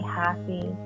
happy